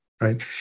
right